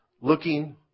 Looking